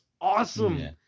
awesome